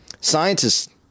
Scientists